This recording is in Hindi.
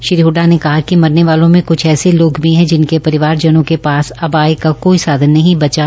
श्री हड्डा ने कहा कि मरने वालों में कुछ ऐसे लोग भी है जिनके परिवारजनों के पास अब आय का कोई साधन नहीं बचा